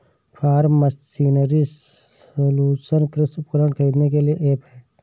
form machinery solution कृषि उपकरण खरीदने के लिए ऐप है